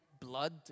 blood